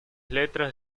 letras